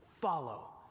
follow